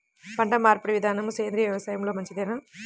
పంటమార్పిడి విధానము సేంద్రియ వ్యవసాయంలో మంచిదేనా?